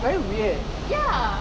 very weird